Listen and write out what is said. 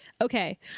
okay